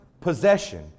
possession